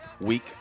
week